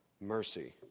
mercy